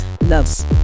loves